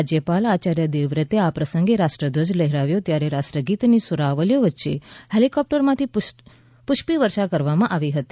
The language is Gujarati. રાજયપાલ આયાર્ય દેવવ્રતએ આ પ્રસંગે રાષ્ટ્રાધ્વજ લહેરાવ્યો ત્યારે રાષ્ટ્રઈગીતની સુરાવલીઓ વચ્ચે હેલિકોપ્ટરમાંથી પુષ્પિવર્ષા કરવામાં આવી હતી